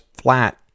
flat